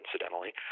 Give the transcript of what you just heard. incidentally